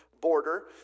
border